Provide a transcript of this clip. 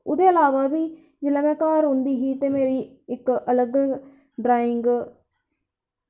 एह्दे अलावा बी जिसलै में घर होंदी ही ते मेरी अलग ड्राइंग